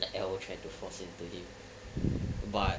the L_O tried to force it to him but